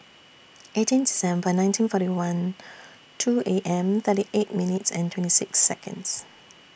eighteen December nineteen forty one two A M thirty eight minutes and twenty six Seconds